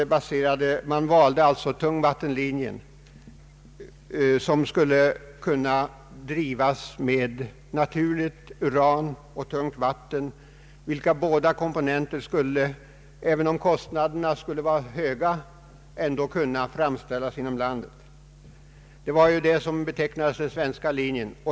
Man valde alltså tungvattenlinjen, som skulle kunna drivas med naturligt uran och tungt vatten, vilka båda komponenter skulle kunna framställas inom landet — även om kostnaderna blev höga. Detta betecknades som den svenska linjen.